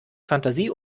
fantasie